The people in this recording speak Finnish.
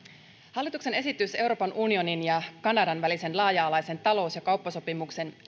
hallituksen esitys euroopan unionin ja kanadan välisen laaja alaisen talous ja kauppasopimuksen